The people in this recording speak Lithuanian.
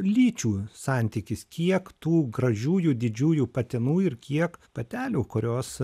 lyčių santykis kiek tų gražiųjų didžiųjų patinų ir kiek patelių kurios